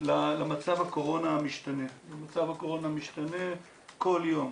למצב הקורונה המשתנה, ומצב הקורונה משתנה כל יום.